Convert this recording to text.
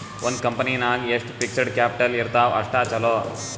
ಒಂದ್ ಕಂಪನಿ ನಾಗ್ ಎಷ್ಟ್ ಫಿಕ್ಸಡ್ ಕ್ಯಾಪಿಟಲ್ ಇರ್ತಾವ್ ಅಷ್ಟ ಛಲೋ